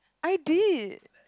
I did